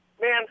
man